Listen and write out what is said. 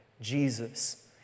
Jesus